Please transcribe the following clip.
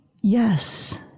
yes